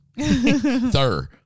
Third